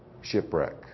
shipwreck